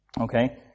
Okay